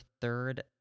third